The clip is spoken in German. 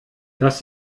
das